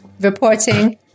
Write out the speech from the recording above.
reporting